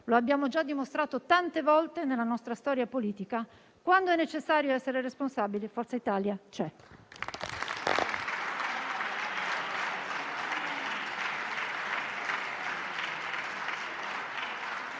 Come abbiamo già dimostrato tante volte nella nostra storia politica, quando è necessario essere responsabili, Forza Italia c'è.